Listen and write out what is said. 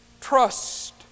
trust